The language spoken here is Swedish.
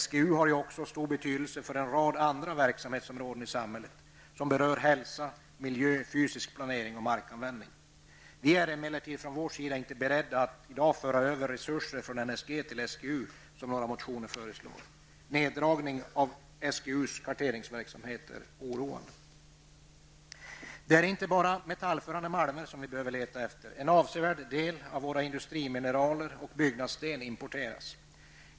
SGU har ju också stor betydelse för en rad andra verksamhetsområden i samhället som berör miljö, hälsa, fysisk planering och markanvändning. Vi är emellertid inte beredda att i dag föra över resurser från NSG till SGU, som några motionärer föreslår. Nedragningen av SGUs karteringstakt är oroande. Det är inte bara metallförande malmer som vi behöver leta efter. En avsevärd del av våra industrimineraler och byggnadssten importeras.